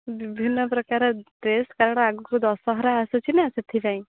ବିଭିନ୍ନ ପ୍ରକାର ଡ୍ରେସ୍ କାରଣ ଆଗକୁ ଦଶହରା ଆସୁଛିନା ସେଥିପାଇଁ